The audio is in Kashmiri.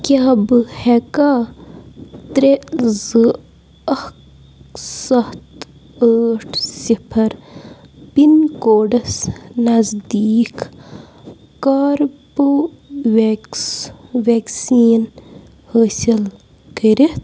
کیٛاہ بہٕ ہٮ۪کا ترٛےٚ زٕ اَکھ سَتھ ٲٹھ صِفر پِن کوڈَس نزدیٖک کاربو وٮ۪کٕس وٮ۪کسیٖن حٲصِل کٔرِتھ